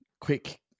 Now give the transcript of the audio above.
quick